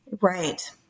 Right